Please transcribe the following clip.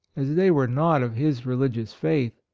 as they were not of his religious faith.